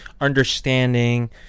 understanding